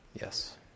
Yes